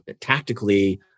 tactically